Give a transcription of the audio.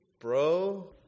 bro